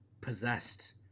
possessed